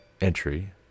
entry